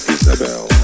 Isabel